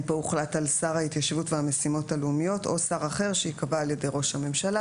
השר ההתיישבות והמשימות הלאומיות או שר שייקבע על ידי ראש הממשלה.